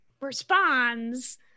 responds